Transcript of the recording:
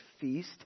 feast